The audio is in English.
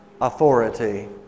authority